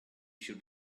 should